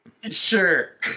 Sure